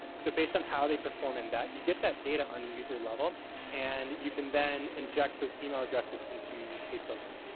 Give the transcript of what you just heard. so, based on how they perform in that you get that data on a user level and you can then inject those email addresses into paid social.